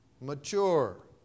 mature